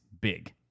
big